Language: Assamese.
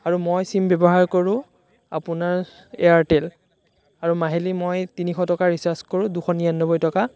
আৰু মই চিম ব্যৱহাৰ কৰোঁ আপোনাৰ এয়াৰটেল আৰু মাহিলী মই তিনিশ টকা ৰিচাৰ্জ কৰোঁ দুশ নিৰানব্বৈ টকা